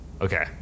Okay